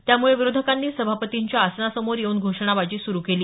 त्यामुळे विरोधकांनी सभापतींच्या आसनासमोर येऊन घोषणाबाजी सुरु केली